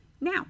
now